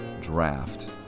draft